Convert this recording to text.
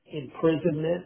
imprisonment